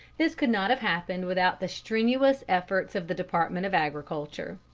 this could not have happened without the strenuous efforts of the department of agriculture.